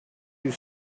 you